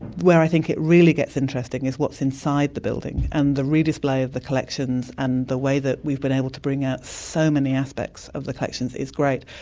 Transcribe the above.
where i think it really gets interesting is what's inside the building, and the re-display of the collections and the way that we've been able to bring out so many aspects of the collections is great.